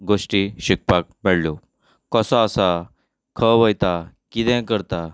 गोश्टी शिकपाक मेळळ्यो कसो आसा खंय वयता कितें करता